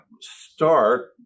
start